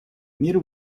мир